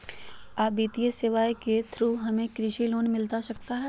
आ वित्तीय सेवाएं के थ्रू हमें कृषि लोन मिलता सकता है?